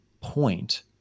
point